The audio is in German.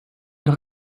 noch